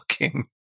looking